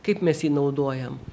kaip mes jį naudojam